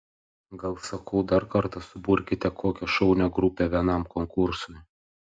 gal sakau dar kartą suburkite kokią šaunią grupę vienam konkursui